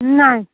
ନାଇଁ